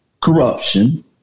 Corruption